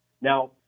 Now